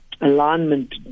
alignment